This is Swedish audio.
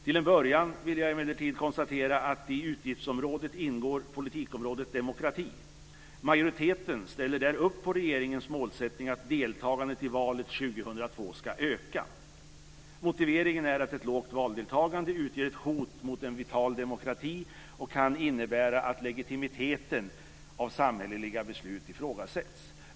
Till en början vill jag emellertid konstatera att i detta utgiftsområde ingår politikområdet demokrati. Majoriteten ställer sig bakom regeringens målsättning att deltagandet i valet 2002 ska öka. Motiveringen är att ett lågt valdeltagande utgör ett hot mot en vital demokrati och kan innebära att legitimiteten av samhälleliga beslut ifrågasätts.